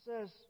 says